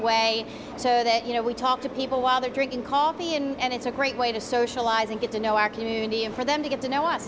way so that you know we talk to people while they're drinking coffee and it's a great way to socialize and get to know our community and for them to get to know